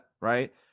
right